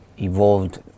evolved